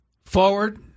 Forward